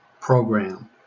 program